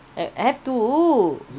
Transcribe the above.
have to